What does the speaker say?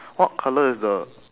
what colour is the